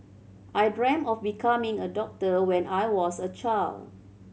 I dreamt of becoming a doctor when I was a child